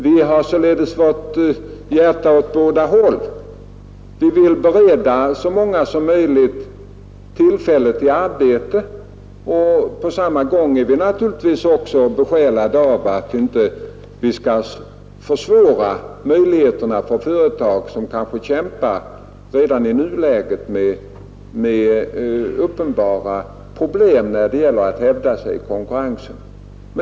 Vi har således förståelse för båda sakerna: vi vill bereda så många som möjligt tillfälle till arbete, men på samma gång är vi besjälade av önskemålet att inte minska möjligheterna för företag som kanske redan i nuläget kämpar med uppenbara svårigheter att hävda sig i konkurrensen.